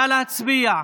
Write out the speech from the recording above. נא להצביע.